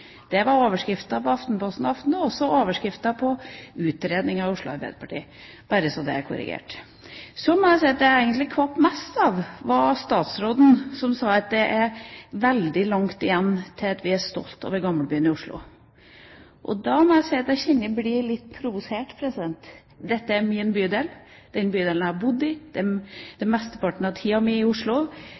Det var overskriften i Aftenposten Aften og også overskriften på utredningen av Oslo Arbeiderparti. Bare så det er korrigert. Jeg må si at det jeg egentlig kvapp mest av, var statsråden, som sa at det er veldig langt igjen til at vi er stolte over Gamlebyen i Oslo. Da må jeg si jeg kjenner at jeg blir litt provosert. Dette er min bydel, det er den bydelen jeg har bodd i mesteparten av tida mi i Oslo.